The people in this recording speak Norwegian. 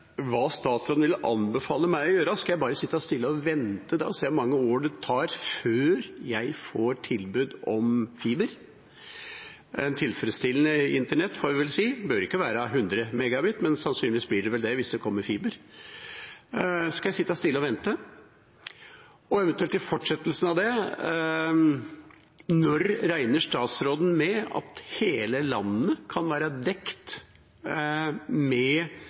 hva statsråden vil anbefale meg å gjøre. Skal jeg bare sitte stille og vente og se hvor mange år det tar før jeg får tilbud om fiber – et tilfredsstillende internett, får vi vel si? Det behøver ikke være 100 MB, men sannsynligvis blir det det hvis det kommer fiber. Skal jeg sitte stille og vente? Og eventuelt i fortsettelsen av det: Når regner statsråden med at hele landet kan være dekt med